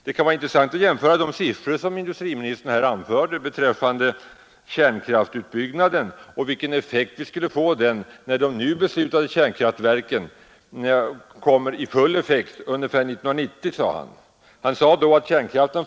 Det kan vara intressant att jämföra de siffror som industriministern anförde beträffande kärnkraftsutbyggnaden och vilken effekt den skulle få när de nu beslutade kärnkraftverken kommer i full drift ungefär 1980, som industriministern sade.